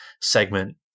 segment